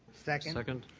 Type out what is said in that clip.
second. second.